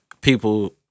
people